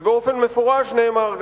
ובאופן מפורש נאמר,